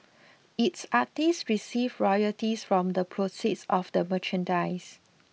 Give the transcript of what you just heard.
its artists receive royalties from the proceeds of the merchandise